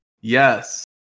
Yes